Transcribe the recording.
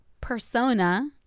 persona